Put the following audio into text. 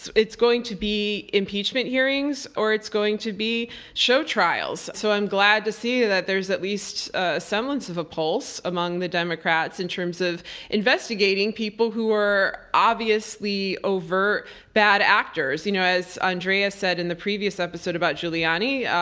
it's going to be impeachment hearings or it's going to be show trials. so i'm glad to see that there's at least a semblance of a pulse among the democrats in terms of investigating people who were obviously overt bad actors. you know as andrea said in the previous episode about giuliani,